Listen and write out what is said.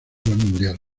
mundial